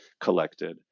collected